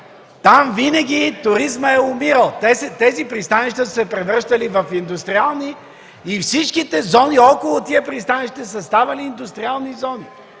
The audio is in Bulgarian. там винаги туризмът е умирал. Тези пристанища са се превръщали в индустриални и всичките зони около тях са ставали индустриални зони.